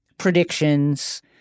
predictions